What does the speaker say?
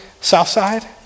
Southside